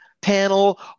panel